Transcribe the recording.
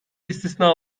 istisna